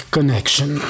Connection